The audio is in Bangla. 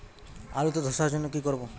আলুতে ধসার জন্য কি করব?